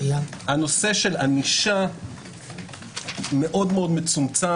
הנושא של ענישה מאוד מצומצם.